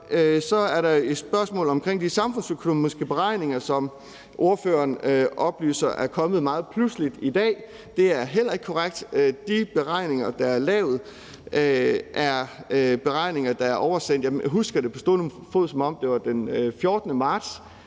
Så er der et spørgsmål omkring de samfundsøkonomiske beregninger, som ordføreren oplyser er kommet pludseligt i dag. Det er heller ikke korrekt. De beregninger, der er lavet, er beregninger, der er oversendt den 14. marts – det er sådan, jeg her